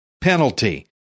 penalty